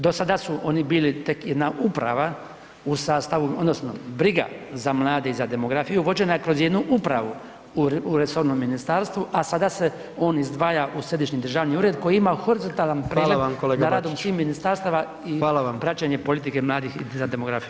Dosada su oni bili tek jedna uprava u sastavu, odnosno briga za mlade i demografiju vođena je kroz jednu upravu u resornom ministarstvu, a sada se on izdvaja u središnji državni ured koji ima horizontalan pregled [[Upadica: Hvala vam kolega Bačić.]] nad radom svih ministarstava [[Upadica: Hvala vam.]] i praćenje politike mladih za demografiju.